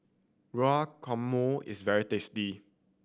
guacamole is very tasty